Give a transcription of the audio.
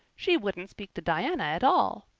she wouldn't speak to diana at all.